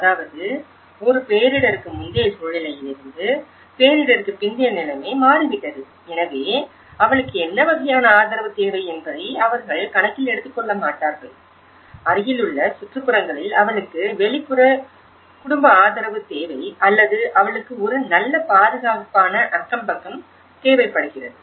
அதாவது ஒரு பேரிடருக்கு முந்தைய சூழ்நிலையிலிருந்து பேரிடருக்கு பிந்தைய நிலைமை மாறிவிட்டது எனவே அவளுக்கு என்ன வகையான ஆதரவு தேவை என்பதை அவர்கள் கணக்கில் எடுத்துக்கொள்ள மாட்டார்கள் அருகிலுள்ள சுற்றுப்புறங்களில் அவளுக்கு வெளிப்புற குடும்ப ஆதரவு தேவை அல்லது அவளுக்கு ஒரு நல்ல பாதுகாப்பான அக்கம்பக்கம் தேவைப்படுகிறது